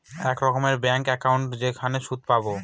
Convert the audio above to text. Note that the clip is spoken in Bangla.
এক রকমের ব্যাঙ্ক একাউন্ট যেখানে সুদ পাবো